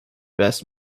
best